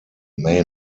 may